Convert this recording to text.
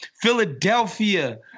Philadelphia